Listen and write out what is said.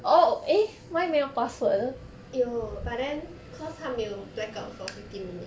有 but then cause 他没有 blackout for fifteen minute